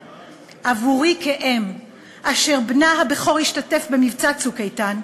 עבורי, כאם אשר בנה הבכור השתתף במבצע "צוק איתן"